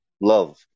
love